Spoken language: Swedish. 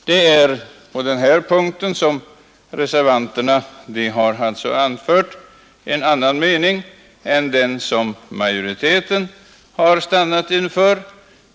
Det är på den här punkten som reservanterna anfört en annan mening än den som majoriteten stannat för.